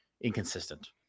inconsistent